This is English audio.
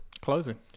Closing